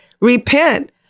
repent